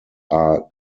are